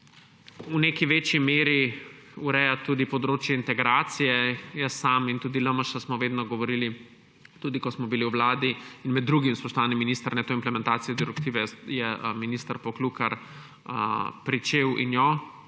v neki večji meri ureja tudi področje integracije. Jaz sem in tudi v LMŠ smo vedno govorili, tudi ko smo bili v vladi – med drugim, spoštovani minister, to implementacije direktive je minister Poklukar pričel in jo